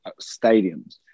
stadiums